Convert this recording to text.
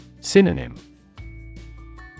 Synonym